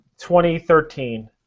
2013